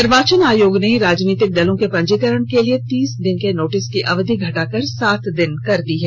निर्वाचन आयोग ने राजनीतिक दलों के पंजीकरण के लिए तीस दिन के नोटिस की अवधि को घटाकर सात दिन कर दिया है